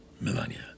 Melania